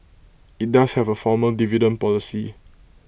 IT does have A formal dividend policy